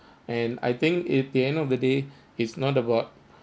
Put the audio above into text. and I think at the end of the day it's not about